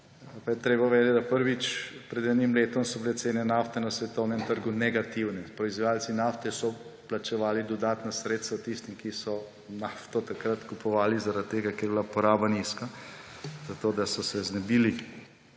treba vedeti, da, prvič, pred enim letom so bile cene nafte na svetovnem trgu negativne. Proizvajalci nafte so plačevali dodatna sredstva tistim, ki so nafto takrat kupovali, ker je bila poraba nizka, zato da so se znebili